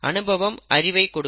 அனுபவம் அறிவை கொடுக்கும்